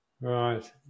Right